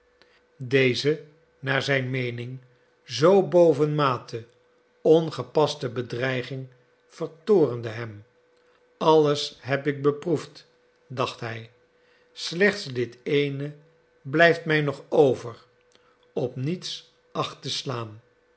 deze naar zijn meening zoo bovenmate ongepaste bedreiging vertoornde hem alles heb ik beproefd dacht hij slechts dit eene blijft mij nog over op niets acht te slaan